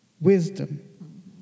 wisdom